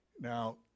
Now